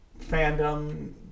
fandom